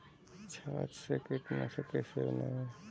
छाछ से कीटनाशक कैसे बनाएँ?